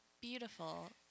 beautiful